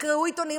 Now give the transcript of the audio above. תקראו עיתונים,